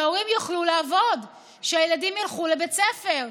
שהורים יוכלו לעבוד כשהילדים ילכו לבית ספר.